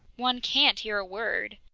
one can't hear a word.